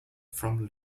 from